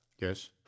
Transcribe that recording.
yes